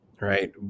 right